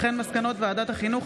מסקנות ועדת החינוך,